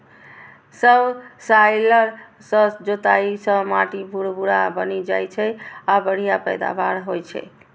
subsoiler सं जोताइ सं माटि भुरभुरा बनि जाइ छै आ बढ़िया पैदावार होइ छै